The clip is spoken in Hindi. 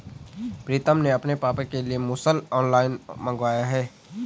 प्रितम ने अपने पापा के लिए मुसल ऑनलाइन मंगवाया है